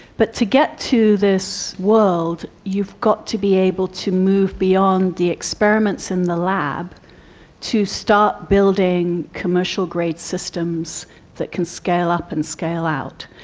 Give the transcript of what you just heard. but to get to this world you've got to be able to move beyond the experiments in the lab to start building commercial-grade systems that can scale up and scale out.